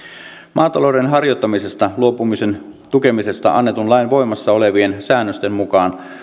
maatalouden harjoittamisesta luopumisen tukemisesta annetun lain voimassa olevien säännösten mukaan